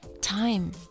time